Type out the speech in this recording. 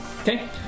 Okay